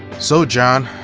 so john,